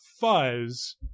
fuzz